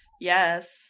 yes